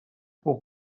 pour